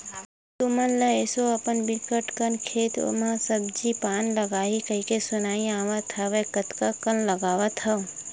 तुमन ल एसो अपन बिकट कन खेत म सब्जी पान लगाही कहिके सुनाई म आवत हवय कतका कन म लगावत हव?